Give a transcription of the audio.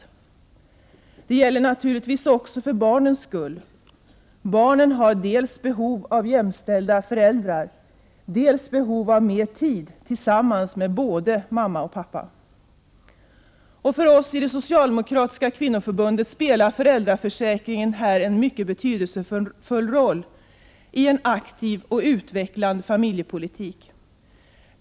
Detta gäller naturligtvis också för barnens skull. Barnen har dels behov av jämställda föräldrar, dels behov av mer tid tillsammans med både mamma och pappa. För oss i det socialdemokratiska kvinnoförbundet spelar föräldraförsäkringen en mycket betydelsefull roll i en aktiv och utvecklande familjepolitik.